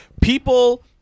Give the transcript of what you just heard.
people